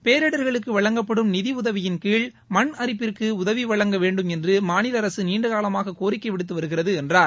பேரிடர்களுக்கு வழங்கப்படும் நிதியுதவியின்கீழ் மண் அரிப்பிற்கும் உதவி வழங்க வேண்டும் என்று மாநில அரசு நீண்டகாலமாக கோரிக்கை விடுத்து வருகிறது என்றார்